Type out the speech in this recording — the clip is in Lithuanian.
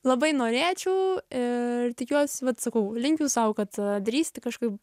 labai norėčiau ir tikiuos vat sakau linkiu sau kad drįsti kažkaip